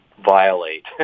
violate